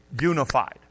unified